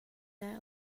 that